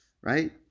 right